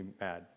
mad